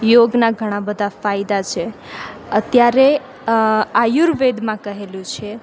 યોગનાં ઘણા બધા ફાયદા છે અત્યારે આયુર્વેદમાં કહેલું છે